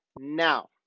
now